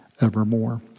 evermore